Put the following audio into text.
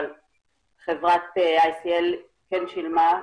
אבל חברת ICL כן שילמה.